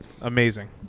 Amazing